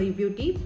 beauty